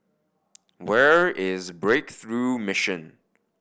where is Breakthrough Mission